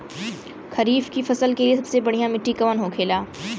खरीफ की फसल के लिए सबसे बढ़ियां मिट्टी कवन होखेला?